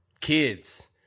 kids